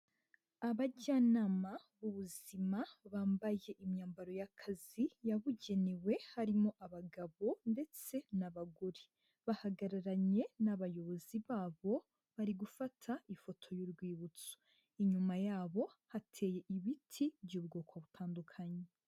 Abajyanama b'ubuzima, bambaye imyambaro y'akazi yabugenewe, harimo abagabo ndetse n'abagore. Bahagararanye n'abayobozi babo, bari gufata ifoto y'urwibutso. Inyuma yabo, hateye ibiti by'ubwoko butandukanye.